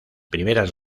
primeras